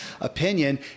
opinion